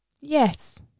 Yes